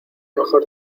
mejor